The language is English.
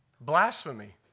Blasphemy